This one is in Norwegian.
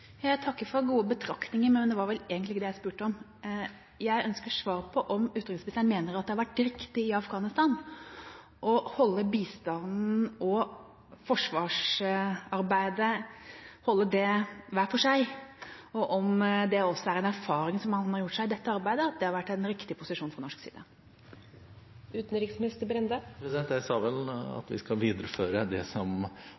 Jeg takker for gode betraktninger, men det var vel egentlig ikke det jeg spurte om. Jeg ønsker svar på om utenriksministeren mener at det har vært riktig, i Afghanistan, å holde bistanden og forsvarsarbeidet hver for seg, og om det også er en erfaring som han har gjort seg i dette arbeidet, at det har vært en riktig posisjon fra norsk side? Jeg sa vel